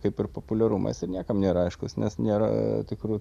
kaip ir populiarumas ir niekam nėra aiškus nes nėra tikrų